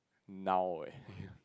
now eh